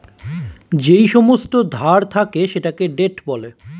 যেই সমস্ত ধার থাকে সেটাকে ডেট বলে